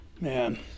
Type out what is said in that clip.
Man